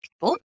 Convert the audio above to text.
people